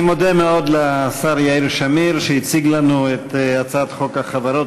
אני מודה מאוד לשר יאיר שמיר שהציג לנו את הצעת חוק החברות